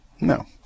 No